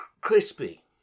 crispy